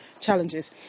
challenges